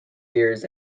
years